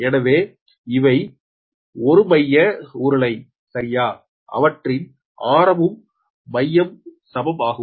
எனவே இவை ஒருமைய உருளை சரியா அவற்றின் ஆரமம் மையமம் சமம் ஆகும்